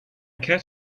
cat